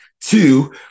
two